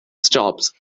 stops